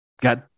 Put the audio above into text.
got